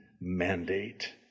mandate